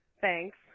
Thanks